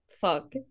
Fuck